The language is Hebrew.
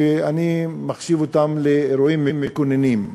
שאני מחשיב אותם לאירועים מכוננים.